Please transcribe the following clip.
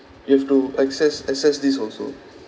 you've to access assess this also